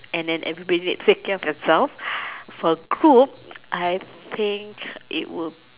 and then everybody take care of themselves for cook I think it will